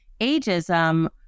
ageism